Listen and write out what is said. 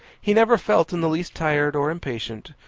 he never felt in the least tired or impatient,